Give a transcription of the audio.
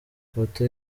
ifoto